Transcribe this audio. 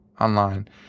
online